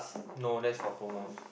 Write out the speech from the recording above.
no that's for promos